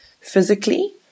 physically